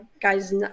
guy's